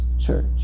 church